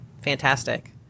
fantastic